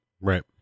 Right